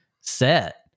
set